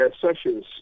sessions